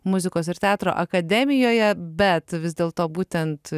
muzikos ir teatro akademijoje bet vis dėlto būtent